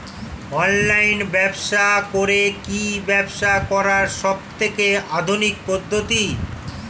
Online ব্যবসা করে কি ব্যবসা করার সবথেকে আধুনিক পদ্ধতি?